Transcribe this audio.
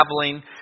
traveling